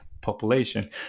population